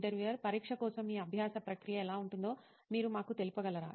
interviewer పరీక్ష కోసం మీ అభ్యాస ప్రక్రియ ఎలా ఉంటుందో మీరు మాకు తెలుపగలరా